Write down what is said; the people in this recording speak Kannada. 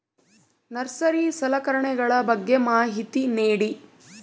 ನರ್ಸರಿ ಸಲಕರಣೆಗಳ ಬಗ್ಗೆ ಮಾಹಿತಿ ನೇಡಿ?